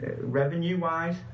revenue-wise